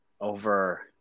over